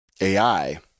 AI